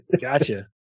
Gotcha